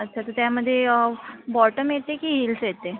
अच्छा तर त्यामध्ये बॉटम येते की हिल्स येते